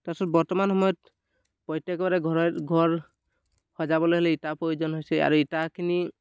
তাৰ পিছত বৰ্তমান সময়ত প্ৰত্যেকৰে ঘৰৰ ঘৰ সজাবলৈ হ'লে ইটা প্ৰয়োজন হৈছে আৰু ইটাখিনি